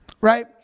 Right